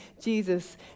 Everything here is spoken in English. Jesus